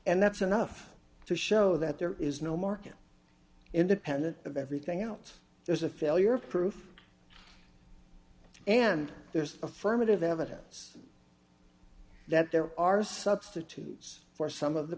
and that's enough to show that there is no market independent of everything else there's a failure of proof and there's affirmative evidence that there are substitutes for some of the